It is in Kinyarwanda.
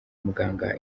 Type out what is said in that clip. muganga